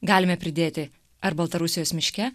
galime pridėti ar baltarusijos miške